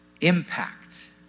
Impact